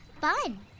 fun